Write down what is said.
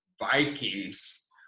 vikings